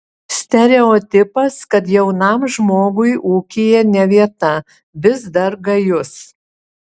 stereotipas kad jaunam žmogui ūkyje ne vieta vis dar gajus